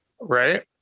Right